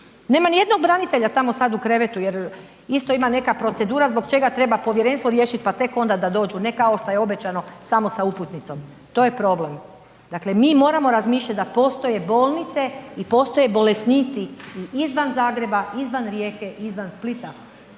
nema nijednog branitelja tamo sad u krevetu jer isto ima neka procedura zbog čega treba povjerenstvo riješit, pa tek onda da dođu, ne kao šta je obećano samo sa uputnicom, to je problem. Dakle mi moramo razmišljat da postoje bolnice i postoje bolesnici i izvan Zagreba, izvan Rijeke, izvan Splita,